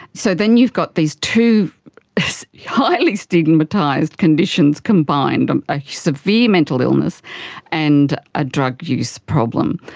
so then you've got these two highly stigmatised conditions combined a severe mental illness and ah drug use problem.